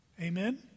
Amen